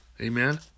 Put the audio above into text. Amen